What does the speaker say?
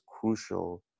crucial